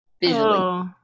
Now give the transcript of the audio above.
visually